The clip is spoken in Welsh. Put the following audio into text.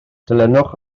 dilynwch